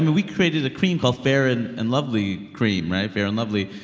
we created a cream called fair and and lovely cream, right? fair and lovely.